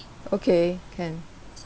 okay can